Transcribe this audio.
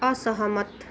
असहमत